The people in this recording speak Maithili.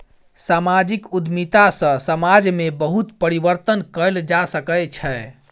सामाजिक उद्यमिता सॅ समाज में बहुत परिवर्तन कयल जा सकै छै